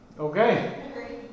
Okay